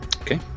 Okay